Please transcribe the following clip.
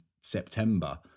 September